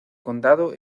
condado